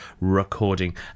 recording